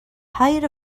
height